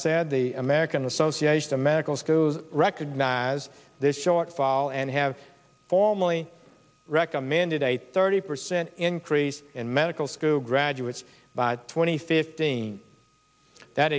said the american association of medical schools recognize this shortfall and have formally recommended a thirty percent increase in medical school graduates by twenty fifteen that